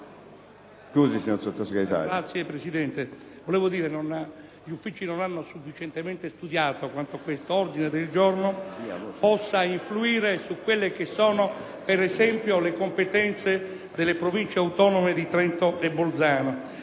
Grazie, signor Presidente. Volevo dire che gli uffici non hanno sufficientemente studiato quanto quest'ordine del giorno possa influire, per esempio, sulle competenze delle Province autonome di Trento e Bolzano.